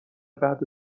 بعد